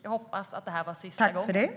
Jag hoppas att det här var sista gången.